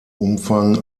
umfang